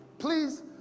Please